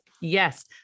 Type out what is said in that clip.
Yes